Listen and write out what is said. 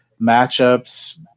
matchups